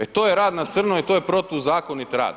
E to je rad na crno i to je protuzakonit rad.